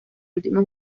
último